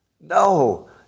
No